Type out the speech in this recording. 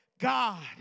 God